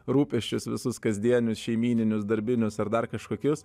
rūpesčius visus kasdienius šeimyninius darbinius ar dar kažkokius